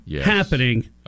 happening